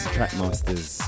Trackmasters